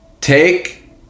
Take